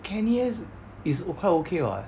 kenny S is quite okay [what]